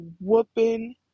whooping